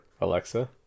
alexa